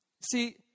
See